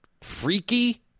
freaky